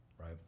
right